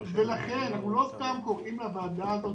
ולכן, אנחנו לא סתם קוראים לוועדה הזאת,